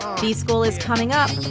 b-school is coming up.